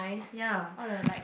ya